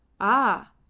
Ah